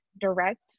direct